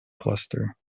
cluster